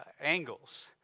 angles